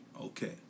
Okay